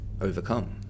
overcome